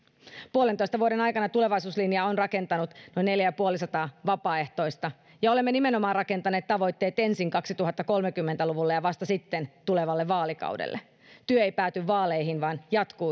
puolentoista vuoden aikana tulevaisuuslinjaa on rakentanut noin neljä ja puolisataa vapaaehtoista ja olemme nimenomaan rakentaneet tavoitteet ensin kaksituhattakolmekymmentä luvulle ja vasta sitten tulevalle vaalikaudelle työ ei pääty vaaleihin vaan jatkuu